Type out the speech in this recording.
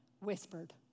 whispered